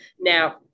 Now